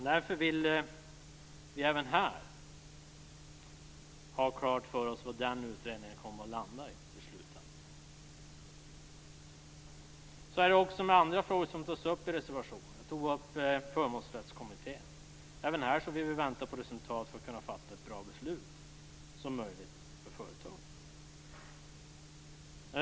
Därför vill vi även här ha klart för oss var utredningen kommer att landa i slutändan. Så är det också med andra frågor som tas upp i reservationerna. Man tog upp Förmånsrättskommittén. Även här vill vi vänta på resultat för att kunna fatta ett så bra beslut som möjligt för företagen.